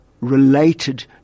related